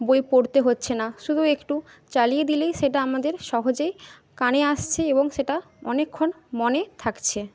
বই পড়তে হচ্ছে না শুধু একটু চালিয়ে দিলেই সেটা আমাদের সহজেই কানে আসছে এবং সেটা অনেকক্ষণ মনে থাকছে